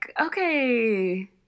okay